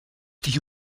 die